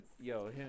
Yo